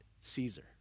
Caesar